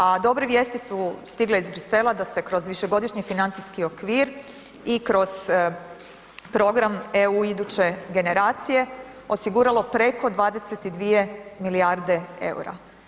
A dobre vijesti su stigle iz Bruxellesa da se kroz višegodišnji financijski okvir i kroz program EU iduće generacije, osiguralo preko 22 milijarde eura.